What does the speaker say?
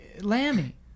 Lammy